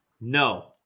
no